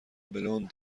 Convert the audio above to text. بلوند